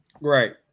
Right